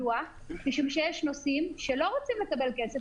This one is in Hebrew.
משום שיש נוסעים שלא רוצים לקבל כסף,